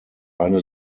eine